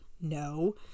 no